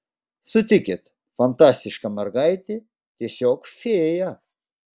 sutikit fantastiška mergaitė tiesiog fėja